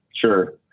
sure